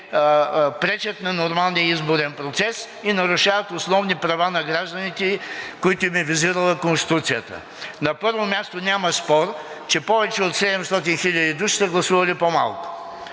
пречат на нормалния изборен процес и нарушават основни права на гражданите, които им е визирала Конституцията. На първо място, няма спор, че повече от 700 000 души са гласували по-малко.